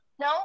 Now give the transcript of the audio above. No